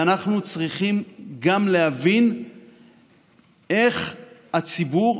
ואנחנו צריכים גם להבין איך הציבור,